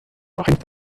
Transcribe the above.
einst